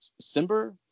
Simber